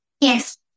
Yes